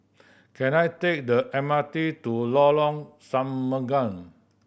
can I take the M R T to Lorong Semanga